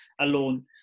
alone